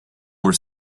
were